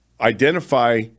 identify